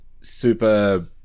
super